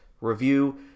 review